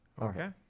Okay